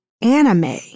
anime